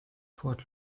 port